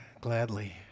gladly